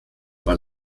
war